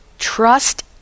Trust